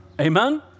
amen